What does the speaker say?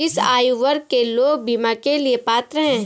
किस आयु वर्ग के लोग बीमा के लिए पात्र हैं?